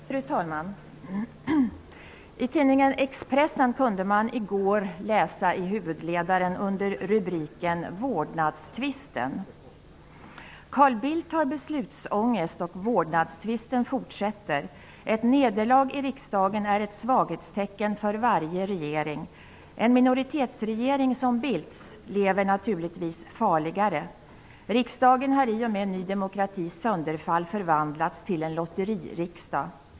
Fru talman! I tidningen Expressen kunde man i går läsa i huvudledaren under rubriken ''Carl Bildt har beslutsångest, och vårdnadstvisten fortsätter. Ett nederlag i riksdagen är ett svaghetstecken för varje regering. En minoritetsregering som Bildts lever naturligtvis farligare; riksdagen har i och med ny demokratis sönderfall förvandlats till en lotteririksdag.